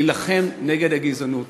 להילחם נגד הגזענות